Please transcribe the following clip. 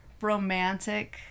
romantic